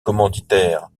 commanditaire